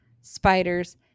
spiders